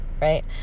right